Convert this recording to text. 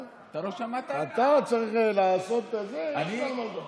יש לך על מה לדבר.